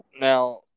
now